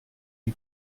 lui